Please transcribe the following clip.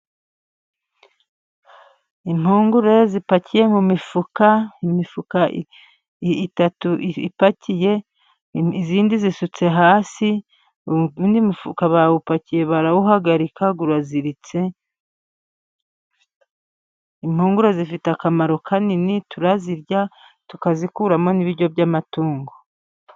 Impungure zipakiye mu mifuka, imifuka itatu ipakiye, izindi zisutse hasi, uwundi mufuka bawupakiye, urawuziritse, impungure zifite akamaro kanini, turazirya tukazikuramo n'ibiryo by'amatungo.